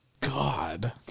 God